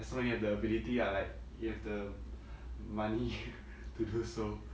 as long you have the ability ah like you have the money to do so